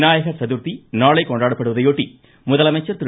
விநாயக சதுர்த்தி நாளை கொண்டாடப்படுவதையொட்டி முதலமைச்சர் திரு